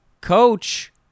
coach